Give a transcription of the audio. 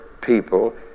people